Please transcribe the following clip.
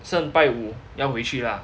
剩拜五要回去 lah